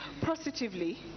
positively